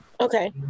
okay